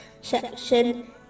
section